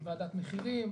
עם ועדת מחירים,